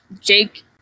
Jake